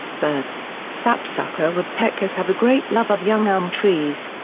birds sapsucker woodpeckers have a great love of young elm trees.